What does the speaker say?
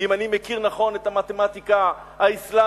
אם אני מכיר נכון את המתמטיקה האסלאמית